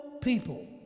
people